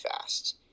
fast